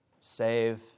save